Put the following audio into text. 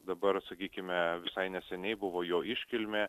dabar sakykime visai neseniai buvo jo iškilmė